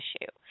issue